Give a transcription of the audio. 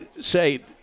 say